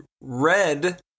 red